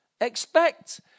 expect